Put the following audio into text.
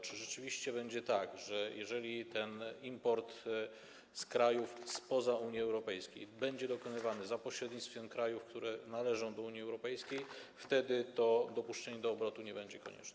Czy rzeczywiście będzie tak, jeżeli ten import z krajów spoza Unii Europejskiej będzie dokonywany za pośrednictwem krajów, które należą do Unii Europejskiej, że to dopuszczenie do obrotu nie będzie konieczne?